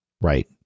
Right